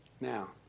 Now